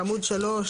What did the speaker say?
בעמוד 3,